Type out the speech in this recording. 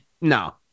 No